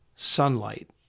Sunlight